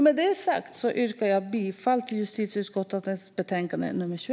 Med detta sagt yrkar jag bifall till justitieutskottets förslag.